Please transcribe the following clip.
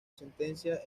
sentencia